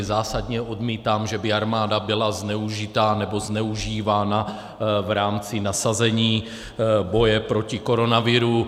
Zásadně odmítám, že by armáda byla zneužitá nebo zneužívaná v rámci nasazení boje proti koronaviru.